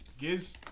Giz